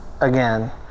again